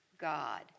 God